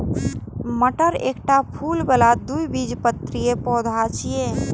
मटर एकटा फूल बला द्विबीजपत्री पौधा छियै